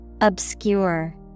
Obscure